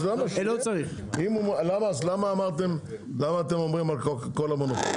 אז למה אתם אומרים על קוקה קולה מונופול?